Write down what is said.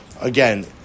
again